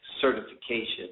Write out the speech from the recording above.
Certification